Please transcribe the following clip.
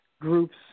groups